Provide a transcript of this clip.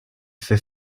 fait